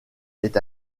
est